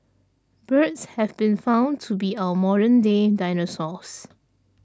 birds have been found to be our modern day dinosaurs